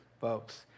folks